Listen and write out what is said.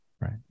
right